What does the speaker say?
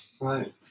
Right